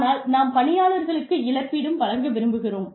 ஆனால் நாம் பணியாளர்களுக்கு இழப்பீடும் வழங்க விரும்புகிறோம்